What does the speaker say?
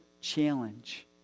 challenge